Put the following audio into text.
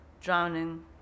drowning